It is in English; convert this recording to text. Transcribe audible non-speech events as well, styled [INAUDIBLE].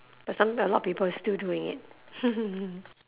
but sometime a lot of people is still doing it [LAUGHS]